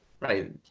right